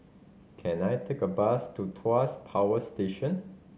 can I take a bus to Tuas Power Station